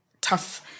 tough